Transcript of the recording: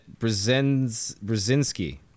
brzezinski